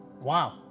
Wow